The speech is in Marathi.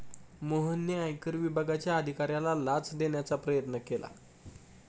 मोहनने आयकर विभागाच्या अधिकाऱ्याला लाच देण्याचा प्रयत्न केला